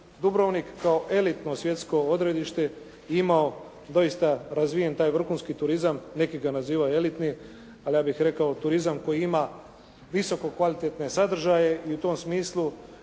Dubrovnik kao elitno svjetsko odredište imao doista razvijen taj vrhunski turizam. Neki ga nazivaju elitni, ali ja bih rekao turizam koji ima visoko kvalitetne sadržaje i u tom smislu